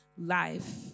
life